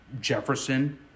Jefferson